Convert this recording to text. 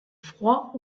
froid